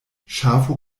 ŝafo